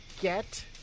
get